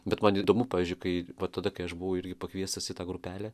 bet man įdomu pavyzdžiui kai va tada kai aš buvau irgi pakviestas į tą grupelę